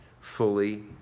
fully